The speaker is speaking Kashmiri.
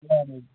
اسَلام علیکُم